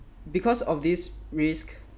because of this risk